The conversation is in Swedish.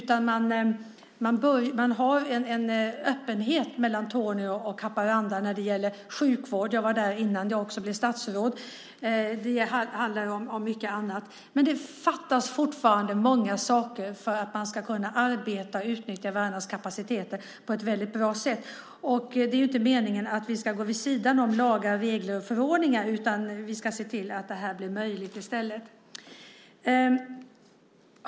Man har en öppenhet mellan Torneå och Haparanda när det gäller sjukvård. Jag var där innan jag blev statsråd. Det fattas fortfarande mycket för att man ska kunna arbeta och utnyttja varandras kapacitet på ett bra sätt. Det är inte meningen att vi ska gå vid sidan av lagar, regler och förordningar, utan vi ska se till att detta blir möjligt.